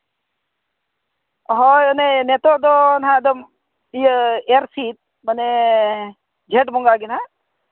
ᱦᱳᱭ ᱚᱱᱮ ᱱᱤᱛᱳᱜ ᱫᱚ ᱱᱟᱜ ᱮᱠᱫᱚᱢ ᱤᱭᱟᱹ ᱮᱨᱻ ᱥᱤᱫ ᱢᱟᱱᱮ ᱡᱷᱮᱸᱴ ᱵᱚᱸᱜᱟ ᱜᱮ ᱱᱟᱜ